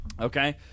Okay